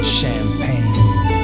champagne